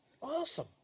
Awesome